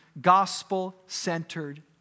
gospel-centered